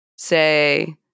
Say